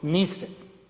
Niste.